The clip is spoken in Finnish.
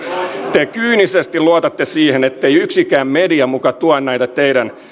te kyynisesti luotatte siihen ettei yksikään media muka tuo näitä teidän